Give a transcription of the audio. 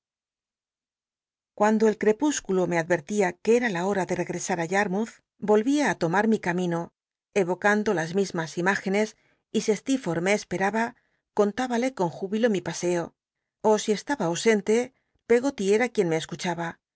cuando el crepúsculo me adrertia que era la hol'a de regresar á yarmouth o iyia á tomar mi ca mino e'ocanclo las mismas imágenes y si steer fotlh me esperaba cont ibale con júbilo mi paseo ó si estaba ausente peggot eta quien me escul